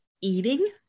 eating